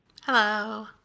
Hello